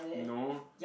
no